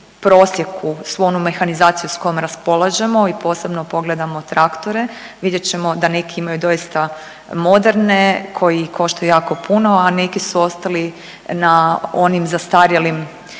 prosjeku svu onu mehanizaciju s kojom raspolažemo i posebno pogledamo traktore, vidjet ćemo da neki imaju doista moderne koji koštaju jako puno, a neki su ostali na onim zastarjelim